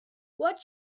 what